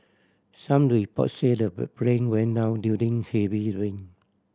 some report say the plane went down during heavy rain